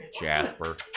Jasper